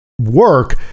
work